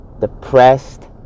depressed